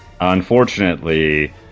unfortunately